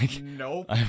Nope